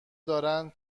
دارن